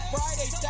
Friday